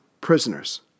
prisoners